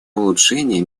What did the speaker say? улучшение